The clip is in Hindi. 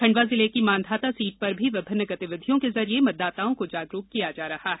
खंडवा जिले की मांधाता सीट पर भी विभिन्न गतिविधियों के जरिए मतदाताओं को जागरूक किया जा रहा है